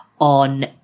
on